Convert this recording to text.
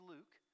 Luke